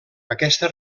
aquesta